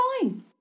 fine